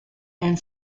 and